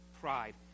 Pride